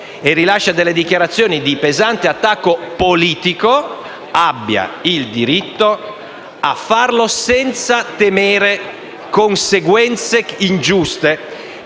e rilascia dichiarazioni, anche di pesante attacco politico, abbia il diritto di farlo senza temere conseguenze ingiuste